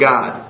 God